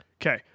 Okay